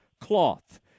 cloth